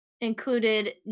included